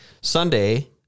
Sunday